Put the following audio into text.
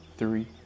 three